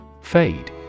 Fade